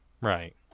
Right